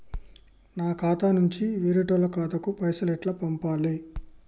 నా ఖాతా నుంచి వేరేటోళ్ల ఖాతాకు పైసలు ఎట్ల పంపాలే?